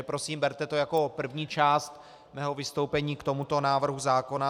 Prosím, berte to jako první část mého vystoupení k tomuto návrhu zákona.